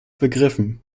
begriffen